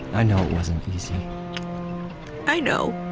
i know it wasn't easy i know.